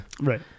Right